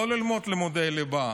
לא ללמוד לימודי ליבה.